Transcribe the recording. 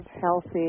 healthy